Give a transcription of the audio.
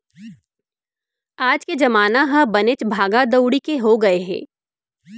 आज के जमाना ह बनेच भागा दउड़ी के हो गए हे